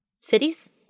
cities